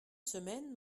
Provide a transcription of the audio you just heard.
semaine